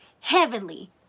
heavenly